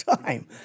time